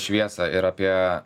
šviesą ir apie